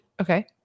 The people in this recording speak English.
Okay